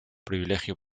privilegio